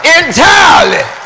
entirely